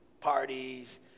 parties